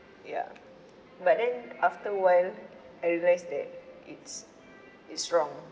ya but then after a while I realised that it's it's wrong